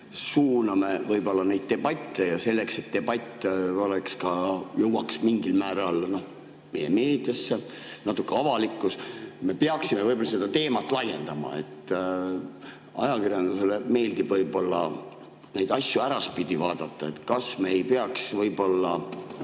suuname võib-olla neid debatte ja selleks, et debatt ka jõuaks mingil määral meie meediasse, natuke avalikkusesse, me peaksime võib-olla seda teemat laiendama. Ajakirjandusele meeldib võib-olla neid asju äraspidi vaadata. Kas me ei peaks võib-olla